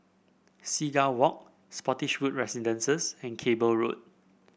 Seagull Walk Spottiswoode Residences and Cable Road